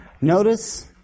Notice